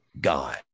god